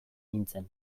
nintzen